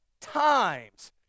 times